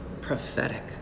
prophetic